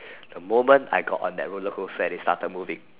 the moment I got on that roller coaster and they started moving